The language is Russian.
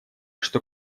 что